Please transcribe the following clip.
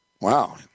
Wow